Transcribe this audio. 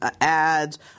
ads